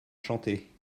chanter